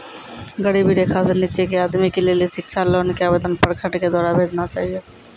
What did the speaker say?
गरीबी रेखा से नीचे के आदमी के लेली शिक्षा लोन के आवेदन प्रखंड के द्वारा भेजना चाहियौ?